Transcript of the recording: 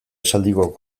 esaldiko